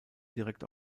direkt